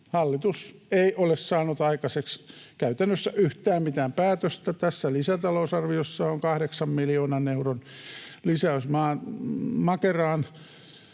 Hallitus ei ole saanut aikaiseksi käytännössä yhtään mitään päätöstä. Tässä lisätalousarviossa on 8 miljoonan euron lisäys Makeraan.